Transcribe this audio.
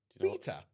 Peter